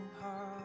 heart